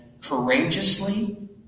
courageously